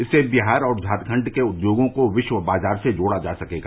इससे विहार और झारखंड के उद्योगों को विश्व बाजार से जोड़ा जा सकेगा